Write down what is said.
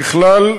ככלל,